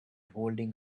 holding